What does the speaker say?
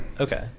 Okay